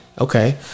Okay